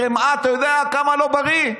חמאה, אתה יודע כמה זה לא בריא?